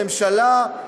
הממשלה,